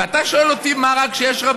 ואתה שואל אותי מה רע,